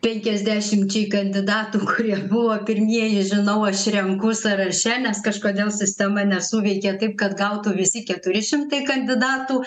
penkiasdešimčiai kandidatų kurie buvo pirmieji žinau aš renku sąraše nes kažkodėl sistema nesuveikė taip kad gautų visi keturi šimtai kandidatų